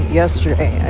yesterday